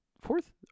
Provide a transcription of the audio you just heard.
fourth